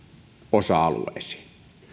osa alueisiin